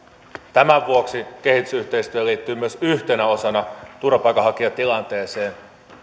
tämän vuoksi kehitysyhteistyö liittyy myös yhtenä osana turvapaikanhakijatilanteeseen